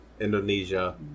Indonesia